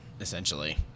essentially